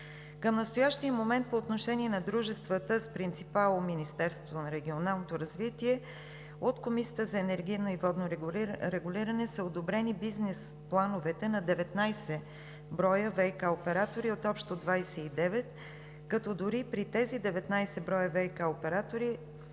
Към настоящия момент по отношение на дружествата с принципал Министерството на регионалното развитие и благоустройството от Комисията за енергийно и водно регулиране са одобрени бизнес плановете на 19 броя ВиК оператора от общо 29, като дори и при тези 19 броя ВиК оператора